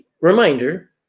reminder